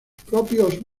propios